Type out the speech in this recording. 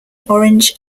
orange